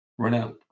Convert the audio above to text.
Runout